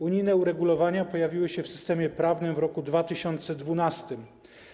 Unijne uregulowania pojawiły się w systemie prawnym w roku 2012.